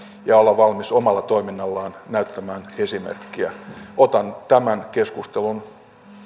ja olla valmis omalla toiminnallaan näyttämään esimerkkiä otan tämän keskustelun